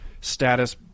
status